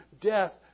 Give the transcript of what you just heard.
death